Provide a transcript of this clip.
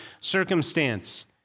circumstance